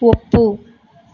ಒಪ್ಪು